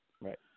Right